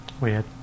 Weird